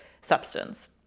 substance